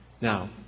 Now